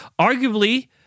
Arguably